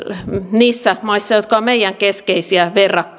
niissä maissa jotka ovat meidän keskeisiä